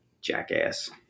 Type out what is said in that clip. Jackass